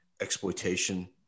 exploitation